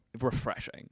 refreshing